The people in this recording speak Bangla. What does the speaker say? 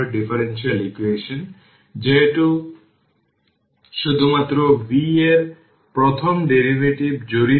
এবং v v0 e এর পাওয়ার tτ কিন্তু v0 দেওয়া হয় 10 ভোল্ট